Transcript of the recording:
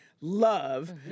love